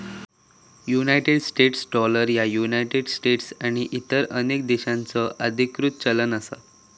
United States dollar ह्या United States आणि इतर अनेक देशांचो अधिकृत चलन असा